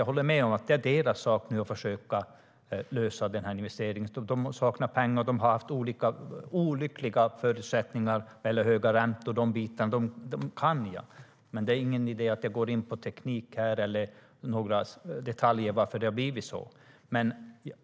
Jag håller med om att det är Northlands sak att försöka lösa investeringen. De saknar pengar och har haft olyckliga förutsättningar när det gäller höga räntor och liknande. De bitarna kan jag. Det är ingen idé att jag går in på teknik här eller några detaljer om varför det har blivit så.